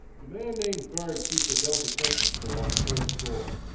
a man named berg keeps a delicatessen store on the first floor.